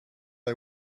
her